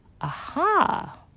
Aha